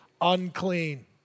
unclean